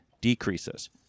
decreases